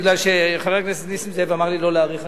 בגלל שחבר הכנסת נסים זאב אמר לי לא להאריך,